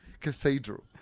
Cathedral